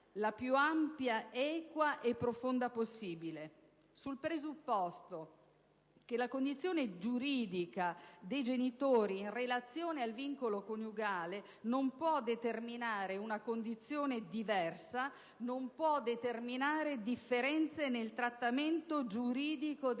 la più ampia, equa e profonda possibile, sul presupposto che la condizione giuridica dei genitori in relazione al vincolo coniugale non può determinare una condizione diversa, non può determinare differenze nel trattamento giuridico dei figli.